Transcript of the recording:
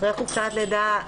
אחרי חופשת לידה,